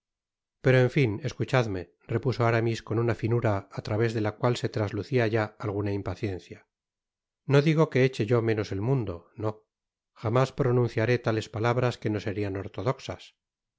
pero en fin escuchadme repuso aramis con una finura á través de la cüal se traslucia ya alguna impaciencia no digo que eche yo menos el mundo no jamás pronunciaré tales palabras que no serian ortodoxas